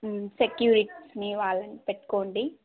సెక్యూరిటీని వాళ్ళని పెట్టుకోండి